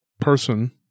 person